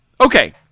Okay